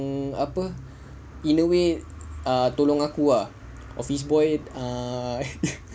apa in a way tolong aku ah office boy